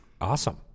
Awesome